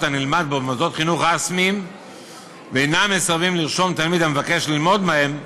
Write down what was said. הנלמד במוסדות חינוך רשמיים ואינם מסרבים לרשום תלמיד המבקש ללמוד בהם